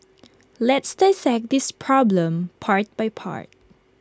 let's dissect this problem part by part